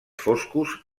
foscos